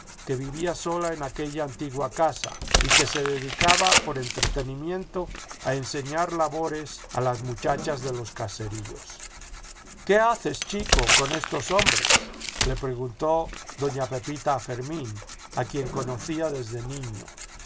que vivía sola en aquella antigua casa y que se dedicaba por enuxtenimiento a enseñar labores a las muchachas de los caseríos íqué haces chico con estos hombresple preguntó doña pepita a fermín a quien conocía desde niño